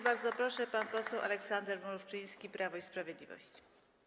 Bardzo proszę, pan poseł Aleksander Mrówczyński, Prawo i Sprawiedliwość.